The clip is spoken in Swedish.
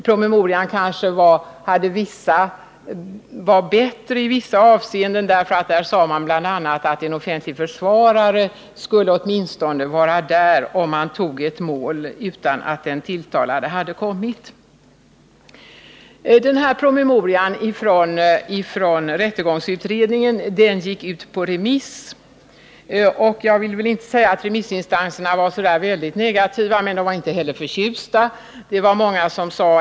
Promemorian var kanske bättre än propositionen i vissa avseenden, därför att i promemorian sade man bl.a. att åtminstone en offentlig försvarare skulle vara närvarande, om man tog upp ett mål till behandling utan att den tilltalade hade kommit. Denna promemoria från rättegångsutredningen gick ut på remiss. Jag vill inte säga att remissinstanserna var så väldigt negativa, men inte heller att de var förtjusta.